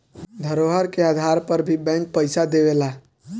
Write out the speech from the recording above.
धरोहर के आधार पर भी बैंक पइसा देवेला